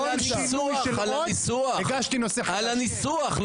על הניסוח.